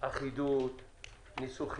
לשמור על אחידות ניסוחית,